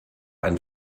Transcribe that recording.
ein